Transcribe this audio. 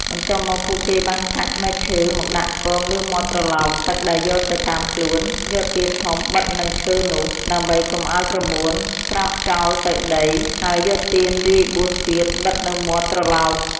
បន្ទាប់មក ពួកគេបានកាច់មែកឈើមកដាក់គងលើមាត់ត្រឡោកទឹកដែលយកទៅតាមខ្លួន យកទៀនធំបិទនឹងឈើនោះ ដើម្បីកុំឲ្យក្រមួនស្រក់ចោលទៅដី ហើយយកទៀនរាយបួនទៀតបិទនៅមាត់ត្រឡោក។